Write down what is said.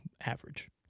average